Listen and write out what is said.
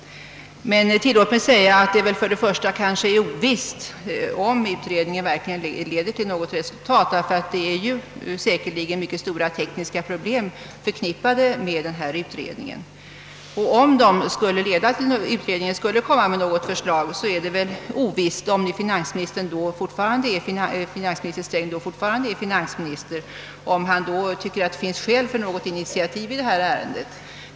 Men tillåt mig säga att det för det första är ovisst om utredningen verkligen leder till något resultat, ty det är säkerligen mycket stora tekniska problem förknippade med den. Och om utredningen skulle framlägga något förslag är det väl för det andra ovisst om finansminister Sträng, ifall han då fortfarande är finansminister, anser att det finns skäl till något initiativ i detta ärende.